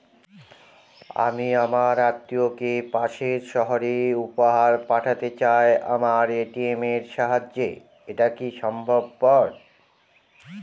আমি আমার আত্মিয়কে পাশের সহরে উপহার পাঠাতে চাই আমার এ.টি.এম এর সাহায্যে এটাকি সম্ভবপর?